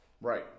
Right